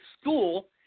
school